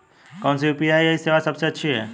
कौन सी यू.पी.आई सेवा सबसे अच्छी है?